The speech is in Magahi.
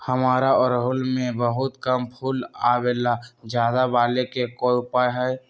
हमारा ओरहुल में बहुत कम फूल आवेला ज्यादा वाले के कोइ उपाय हैं?